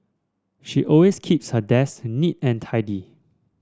she always keeps her desk neat and tidy